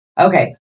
okay